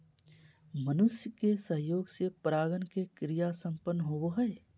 मनुष्य के सहयोग से परागण के क्रिया संपन्न होबो हइ